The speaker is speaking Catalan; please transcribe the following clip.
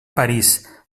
parís